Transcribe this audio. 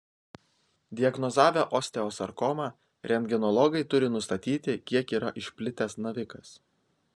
diagnozavę osteosarkomą rentgenologai turi nustatyti kiek yra išplitęs navikas